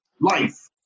life